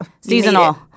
seasonal